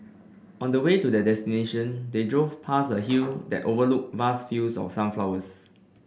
on the way to their destination they drove past a hill that overlooked vast fields of sunflowers